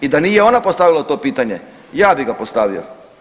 I da nije ona postavila to pitanje, ja bi ga postavio.